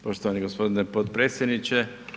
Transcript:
Poštovani gospodine potpredsjedniče.